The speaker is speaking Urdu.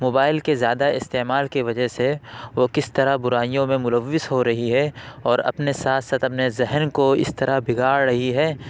موبائل کے زیادہ استعمال کی وجہ سے وہ کس طرح برائیوں میں ملوث ہو رہی ہے اور اپنے ساتھ ساتھ اپنے ذہن کو اس طرح بگاڑ رہی ہے